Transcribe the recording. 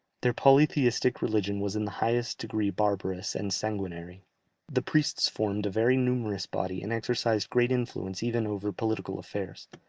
their polytheistic religion was in the highest degree barbarous and sanguinary the priests formed a very numerous body, and exercised great influence even over political affairs.